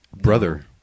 brother